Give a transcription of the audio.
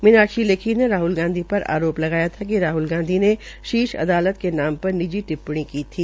मीनाक्षी लेखी ने राहल गांधी पर आरोप लगाया कि राहल गांधी ने शीर्ष अदालत के नाम पर निजी टिप्पणी की थी